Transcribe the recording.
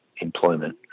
employment